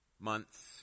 months